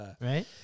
right